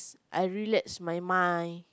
I relax my mind